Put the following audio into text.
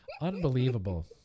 Unbelievable